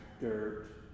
dirt